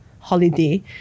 holiday